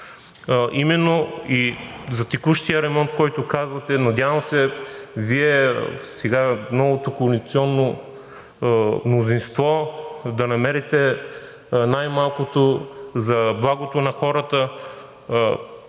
Именно и за текущия ремонт, за който казвате, надявам се Вие сега новото коалиционно мнозинство да намерите най-малкото за благото на хората